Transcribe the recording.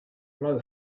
blow